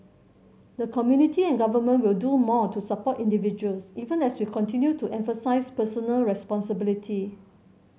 the community and government will do more to support individuals even as we continue to emphasise personal responsibility